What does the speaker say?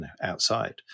outside –